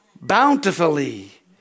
bountifully